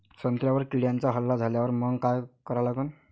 संत्र्यावर किड्यांचा हल्ला झाल्यावर मंग काय करा लागन?